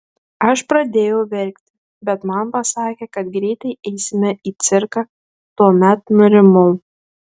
aš pradėjau verkti bet man pasakė kad greitai eisime į cirką tuomet nurimau